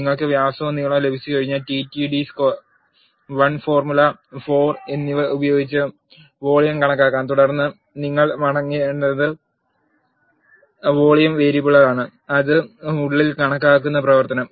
നിങ്ങൾക്ക് വ്യാസവും നീളവും ലഭിച്ചുകഴിഞ്ഞാൽ π d squar l ഫോർമുല 4 ഉപയോഗിച്ച് വോളിയം കണക്കാക്കാം തുടർന്ന് നിങ്ങൾ മടങ്ങേണ്ടത് വോളിയം വേരിയബിളാണ് അത് ഉള്ളിൽ കണക്കാക്കുന്നു പ്രവർത്തനം